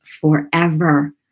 forever